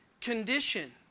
condition